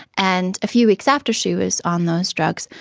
and a few weeks after she was on those drugs,